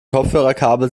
kopfhörerkabel